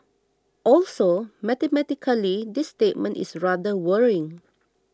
also mathematically this statement is rather worrying